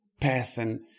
person